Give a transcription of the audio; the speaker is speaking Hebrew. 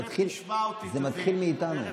זה מתחיל מאיתנו.